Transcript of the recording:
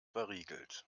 verriegelt